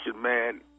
man